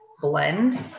blend